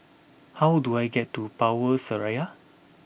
how do I get to Power Seraya